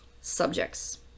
subjects